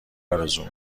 آرزو